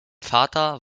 vater